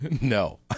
No